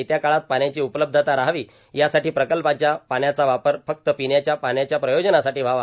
येत्या काळात पाण्याची उपलब्धता राहावी यासाठी प्रकल्पाच्या पाण्याचा वापर फक्त पपण्याच्या पाण्याच्या प्रयोजनासाठां व्हावा